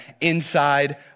inside